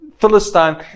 philistine